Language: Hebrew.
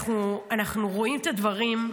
אנחנו רואים את הדברים,